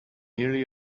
nearly